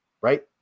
right